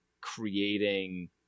creating